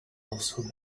also